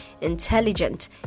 intelligent